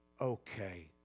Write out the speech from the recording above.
okay